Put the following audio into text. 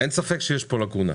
ספק שיש פה לקונה.